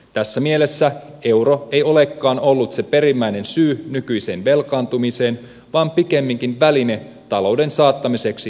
tässä mielessä euro ei olekaan ollut se perimmäinen syy nykyiseen velkaantumiseen vaan pikemminkin väline talouden saattamiseksi turmion tielle